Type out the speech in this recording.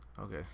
Okay